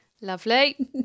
Lovely